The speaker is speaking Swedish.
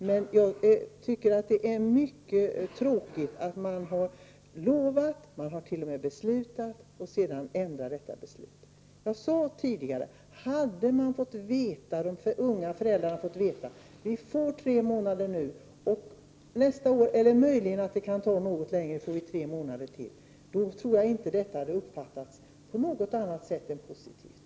Men jag tycker att det är mycket tråkigt att man har lovat och t.o.m. beslutat och sedan ändrar detta beslut. Jag sade tidigare att om de unga föräldrarna hade fått veta att de skulle få tre månader och nästa år eller möjligen något senare tre månader till, hade detta förmodligen inte uppfattats på något annat sätt än positivt.